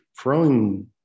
throwing